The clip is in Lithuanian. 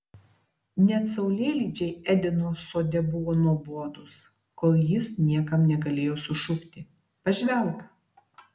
net saulėlydžiai edeno sode buvo nuobodūs kol jis niekam negalėjo sušukti pažvelk